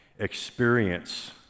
experience